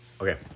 Okay